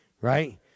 right